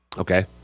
Okay